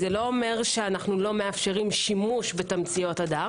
זה לא אומר שאנו לא מאפשרים שימוש בתמציות הדר